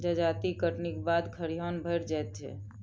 जजाति कटनीक बाद खरिहान भरि जाइत छै